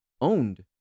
owned